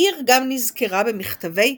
העיר גם נזכרה במכתבי